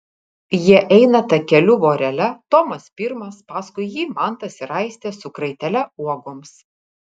jie eina takeliu vorele tomas pirmas paskui jį mantas ir aistė su kraitele uogoms